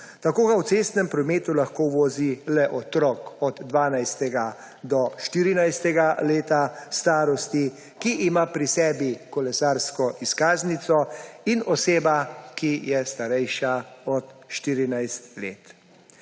Tako ga v cestnem prometu lahko vozi le otrok od 12. do 14. leta starosti, ki ima pri sebi kolesarsko izkaznico, in oseba, ki je starejša od 14 let.